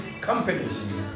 companies